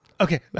Okay